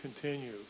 continue